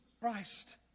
Christ